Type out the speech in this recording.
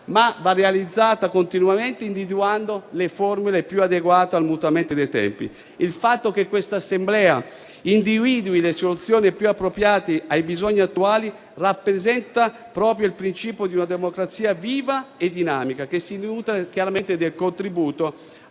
ma va realizzata continuamente, individuando le formule più adeguate al mutamento dei tempi. Il fatto che questa Assemblea individui le soluzioni più appropriate ai bisogni attuali rappresenta proprio il principio di una democrazia viva e dinamica che si nutre chiaramente del contributo